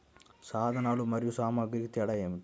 సాధనాలు మరియు సామాగ్రికి తేడా ఏమిటి?